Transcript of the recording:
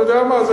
אתה יודע מה?